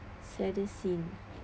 saddest scene